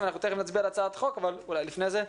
אנחנו תיכף נצביע על הצעת החוק, אבל לפני זה,